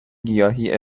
گیاهی